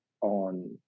on